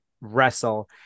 wrestle